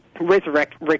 resurrect